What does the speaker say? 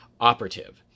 operative